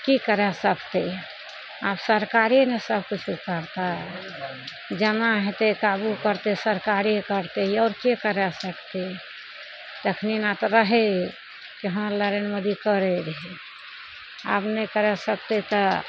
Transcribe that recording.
की कऽ सकतै आब सरकारे नहि सबकिछु करतै जमा हेतै काबू करतै सरकारे करतै आओर के कऽ सकतै तखन आ तऽ रहै कि हँ नरेन्द्र मोदी करै रहै आब नहि कऽ सकतै तऽ